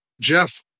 Jeff